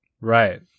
Right